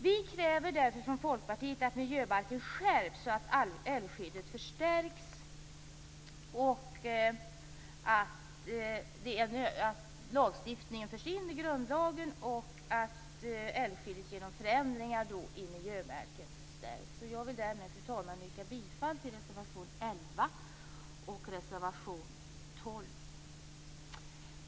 Vi kräver därför från Folkpartiet att miljöbalken skärps så att älvskyddet förstärks, att lagstiftningen förs in i grundlagen och att älvskyddet genom förändringar i miljöbalken stärks. Jag vill därmed yrka bifall till reservationerna 11 och 12.